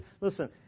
listen